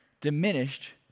diminished